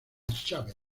chávez